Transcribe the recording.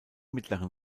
mittleren